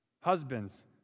Husbands